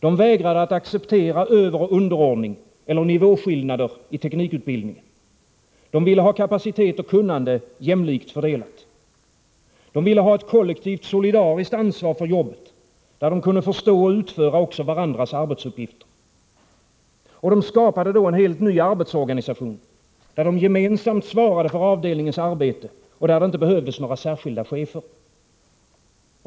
De vägrade att acceptera överoch underordning eller nivåskillnader i teknikutbildningen. De ville ha kapacitet och kunnande jämlikt fördelade. De ville ha ett kollektivt, solidariskt ansvar för jobbet, där de kunde förstå och utföra varandras arbetsuppgifter. De skapade en helt ny arbetsorganisation, där de gemensamt svarade för avdelningens arbete och där det inte behövdes några särskilda chefer.